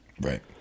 right